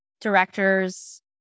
directors